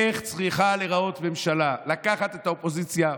איך צריכה להיראות ממשלה: לקחת את האופוזיציה,